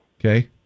Okay